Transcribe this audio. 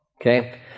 Okay